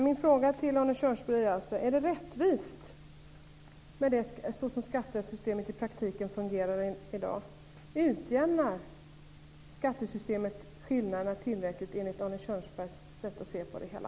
Min fråga till Arne Kjörnsberg är alltså: Är det rättvist så som skattesystemet i praktiken fungerar i dag? Utjämnar skattesystemet skillnaderna tillräckligt, enligt Arne Kjörnsbergs sätt att se på det hela?